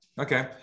okay